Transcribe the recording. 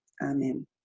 Amen